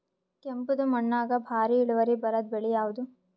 ಕೆಂಪುದ ಮಣ್ಣಾಗ ಭಾರಿ ಇಳುವರಿ ಬರಾದ ಬೆಳಿ ಯಾವುದು?